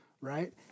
right